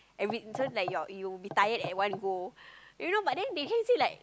every so like your you'll be tired at one go you know but then they say say like